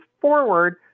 forward